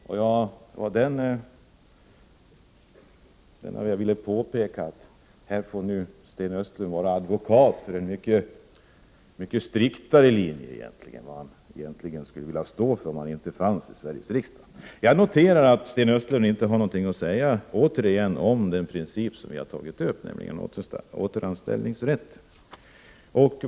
Vad jag ville påpeka var att här får nu Sten Östlund vara advokat för en mycket striktare linje än vad han egentligen skulle vilja stå för, om han inte befann sig i Sveriges riksdag. Jag noterar återigen att Sten Östlund inte har något att säga om den princip som jag har tagit upp, nämligen återanställningsrätten.